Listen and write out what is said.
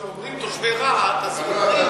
אבל כשאומרים תושבי רהט אז אומרים,